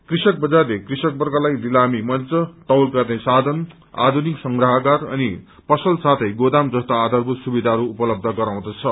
कृषक बजारते कृषक वर्गलाई लिमामी मंच तौल गर्ने साथन आधुनिक अनि पसल साथै गोदाम जस्ता आधारभूत सुविधाहरू उपलब्य गराउँदछ